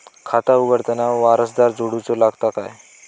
खाता उघडताना वारसदार जोडूचो लागता काय?